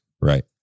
right